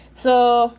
so